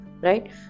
right